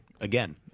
again